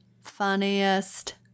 funniest